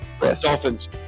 Dolphins